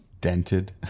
dented